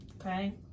Okay